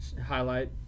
highlight